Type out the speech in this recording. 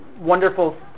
wonderful